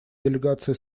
делегация